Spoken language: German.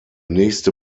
nächste